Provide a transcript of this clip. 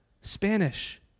Spanish